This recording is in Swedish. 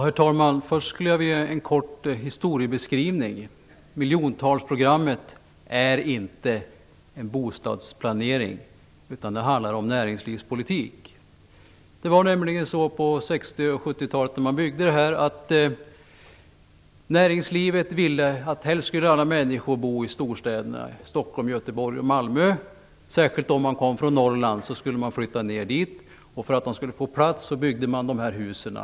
Herr talman! Först vill jag ge en kort historiebeskrivning. Miljonprogrammet är inte en bostadsplanering, utan det handlar om näringslivspolitik. När dessa områden byggdes under 60 och 70-talen ville näringslivet att alla människor helst skulle bo i storstäderna Stockholm, Göteborg och Malmö. Särskilt om man kom från Norrland skulle man flytta ner dit. För att man skulle få plats byggdes dessa områden.